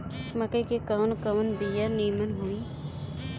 मकई के कवन कवन बिया नीमन होई?